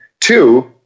Two